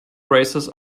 races